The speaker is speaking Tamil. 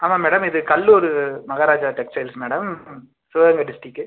ஆமாம் மேடம் இது கல்லூர் மகாராஜா டெக்ஸ்டைல்ஸ் மேடம் சிவகங்கை டிஸ்ட்ரிக்கு